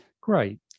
Great